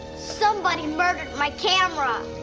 somebody murdered my camera.